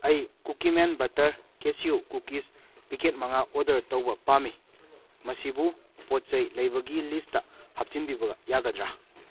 ꯑꯩ Cookie Man butter cashew cookies packet ꯃꯉꯥ order ꯇꯧꯕ ꯄꯥꯝꯃꯤ ꯃꯁꯤꯕꯨ ꯄꯣꯠ ꯆꯩ ꯂꯩꯕꯒꯤ ꯂꯤꯁꯇ ꯍꯥꯞꯆꯤꯟꯕꯤꯕꯗ ꯌꯥꯒꯗ꯭ꯔꯥ